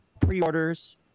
pre-orders